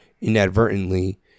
inadvertently